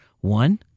One